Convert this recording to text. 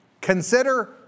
Consider